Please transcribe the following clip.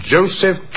Joseph